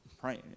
praying